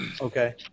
Okay